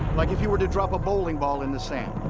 like if you were to drop a bowling ball in the sand.